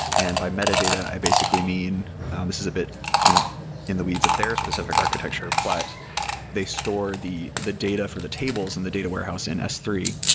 and by metadata, i basically mean this is a bit you know in the weeds of their specific architecture. but they store the the data for the tables and the data warehouse in s three,